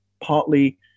partly